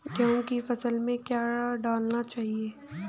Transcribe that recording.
गेहूँ की फसल में क्या क्या डालना चाहिए?